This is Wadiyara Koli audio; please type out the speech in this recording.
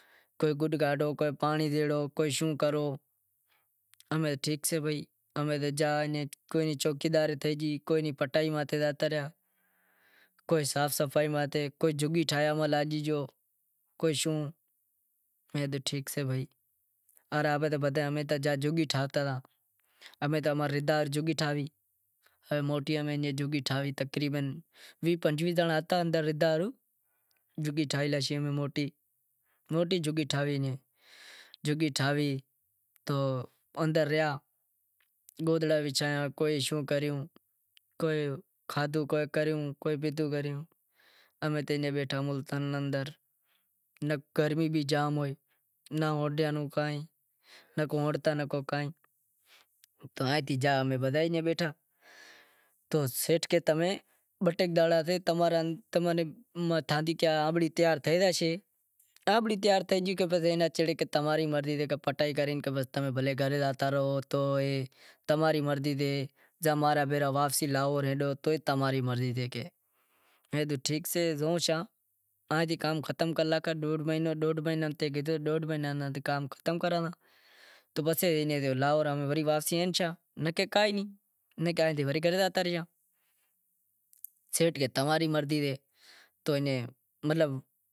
کوئی گڈ کاڈھو کوئئی شوں کرو کوئی پانڑی کاڈھو کائی پٹائی تھی کوئی چوکیداری متھے زاتا رہیا کوئی صاف صفائی ماتھے کوئی جھگی ٹھائیا میں لاگی گیو کوئی شوں کوئی شوں کریوں کوئی کھادہو کریو کوئی پودہو کیوں امیں ایئں بیٹھا ملتان نیں اندر گرمی بھی زام ہوئے، ہے تو ٹھیک سے زوشاں کام ختم تھئے مہینڑو ڈوڈھ مہینڑو تھے گیو وڑے واپسی سیٹھ کہے تماں ری مرضی